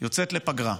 יוצאת לפגרה,